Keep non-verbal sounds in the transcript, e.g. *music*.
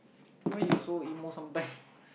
why you so emo sometimes *laughs*